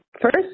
first